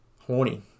horny